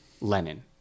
Lenin